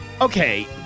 Okay